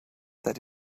that